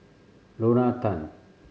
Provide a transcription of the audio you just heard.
Lorna Tan